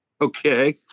Okay